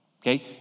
okay